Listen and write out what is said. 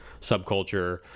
subculture